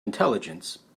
intelligence